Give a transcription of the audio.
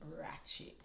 ratchet